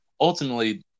Ultimately